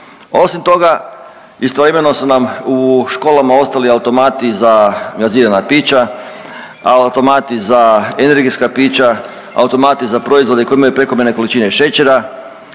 Osim toga istovremeno su nam u školama ostali automati za gazirana pića, automati za energetska pića, automati za proizvode koje imaju prekomjerne količine šećera,